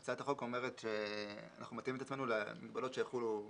הצעת החוק אומרת שאנחנו מתאימים את עצמנו למגבלות שיחולו במשק,